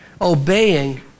obeying